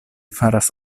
faras